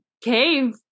cave